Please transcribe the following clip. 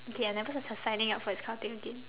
okay I never go s~ s~ signing up for this kind of thing again